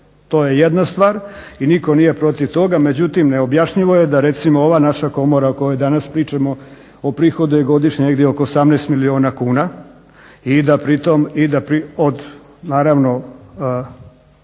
to je jedna stvar i nitko nije protiv toga. Međutim neobjašnjivo je da recimo ova naša komora o kojoj danas pričamo oprihoduje godišnje negdje oko 18 milijuna kuna i da pritom od fiskalnog